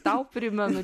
tau primenu